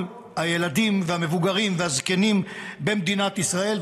הילדים והמבוגרים והזקנים במדינת ישראל,